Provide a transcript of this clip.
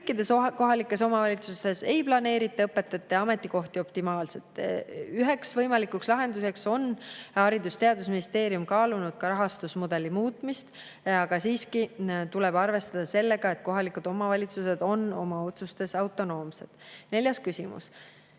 Kõikides kohalikes omavalitsustes ei planeerita õpetajate ametikohti optimaalselt. Ühe võimaliku lahendusena on Haridus‑ ja Teadusministeerium kaalunud ka rahastusmudeli muutmist. Aga siiski tuleb arvestada, et kohalikud omavalitsused on oma otsustes autonoomsed. Neljas küsimus: